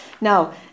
Now